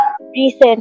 Recent